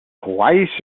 hawaii